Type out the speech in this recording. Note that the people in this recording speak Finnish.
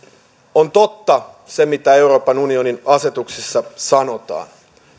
on totta se mitä euroopan unionin asetuksissa sanotaan